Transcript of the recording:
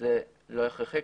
שזה לא הכרחי.